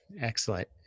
Excellent